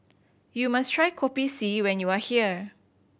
you must try Kopi C when you are here